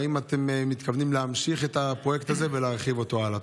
האם אתם מתכוונים להמשיך את הפרויקט הזה ולהרחיב אותו הלאה?